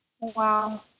Wow